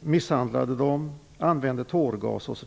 misshandlade ANC-medlemmarna, och man använde tårgas.